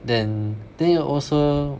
then then you also